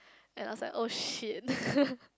and I was like !oh shit!